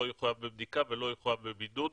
לא יחויב בבדיקה ולא יחויב בבידוד,